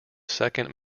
second